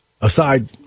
aside